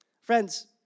Friends